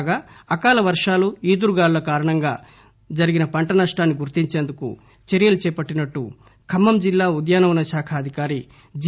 కాగా అకాల వర్గాలు ఈదురు గాలులు కారణంగా జరిగిన పంట నష్టాన్ని గుర్తించేందుకు చర్చలు చేపట్లినట్లు ఖమ్మం జిల్లా ఉద్యాన శాఖ అధికారి జి